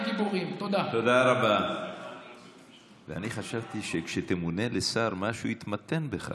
תפסיקו לעשות פוליטיקה צינית על גבם,